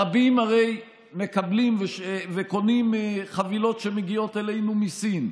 רבים הרי מקבלים וקונים חבילות שמגיעות אלינו מסין.